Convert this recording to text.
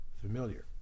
familiar